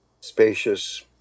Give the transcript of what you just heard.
spacious